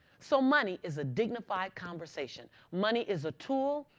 so money is a dignified conversation. money is a tool.